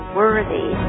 worthy